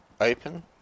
open